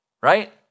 Right